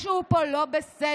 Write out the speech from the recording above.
משהו פה לא בסדר.